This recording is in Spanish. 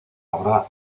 obra